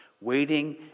Waiting